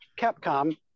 Capcom